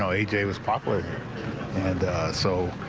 um a j. was popular and so